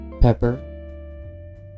pepper